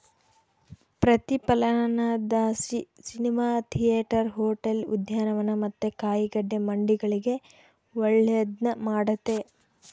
ಪ್ರತಿಫಲನದಲಾಸಿ cinema theatre, hotel, ಉದ್ಯಾನವನ ಮತ್ತೆ ಕಾಯಿಗಡ್ಡೆ ಮಂಡಿಗಳಿಗೆ ಒಳ್ಳೆದ್ನ ಮಾಡೆತೆ